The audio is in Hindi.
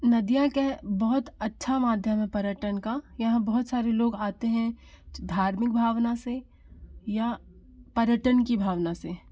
नदियाँ क्या है बहुत अच्छा माध्यम है पर्यटन का यहाँ बहुत सारे लोग आते हैं धार्मिक भावना से या पर्यटन की भावना से